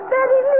Betty